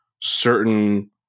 certain